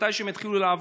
מתי שהם יתחילו לעבוד,